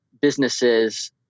businesses